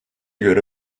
göre